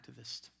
activist